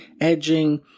edging